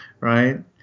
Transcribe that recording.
right